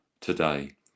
today